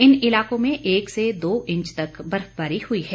इन इलाकों में एक से दो इंच तक बर्फबारी हुई है